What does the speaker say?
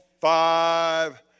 five